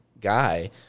guy